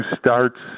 starts